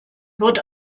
wird